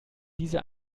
diese